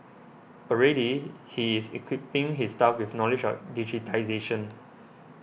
already he is equipping his staff with knowledge of digitisation